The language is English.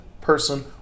person